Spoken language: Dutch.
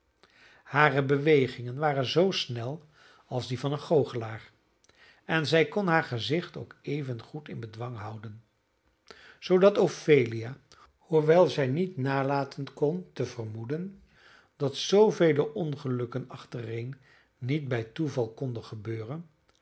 hare bewegingen waren zoo snel als die van een goochelaar en zij kon haar gezicht ook evengoed in bedwang houden zoodat ophelia hoewel zij niet nalaten kon te vermoeden dat zoovele ongelukken achtereen niet bij toeval konden gebeuren